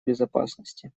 безопасности